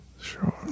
sure